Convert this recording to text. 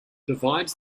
divides